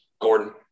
Gordon